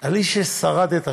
על איש ששרד את השואה.